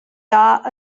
dar